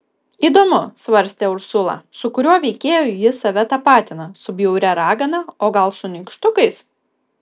įdomu svarstė ursula su kuriuo veikėju jis save tapatina su bjauria ragana o gal su nykštukais